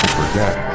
forget